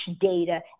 data